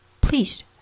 please